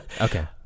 Okay